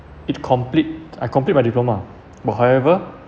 it complete I complete my diploma but however